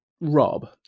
Rob